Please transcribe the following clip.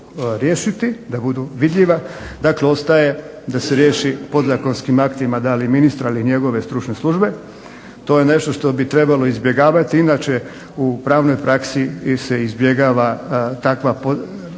da budu vidljiva. Dakle, ostaje da se riješi podzakonskim aktima dali ministra ili njegove stručne službe. To je nešto što bi trebalo izbjegavati, inače u pravnoj praksi se izbjegava takva situacija